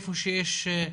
איפה יש איומים,